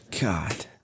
God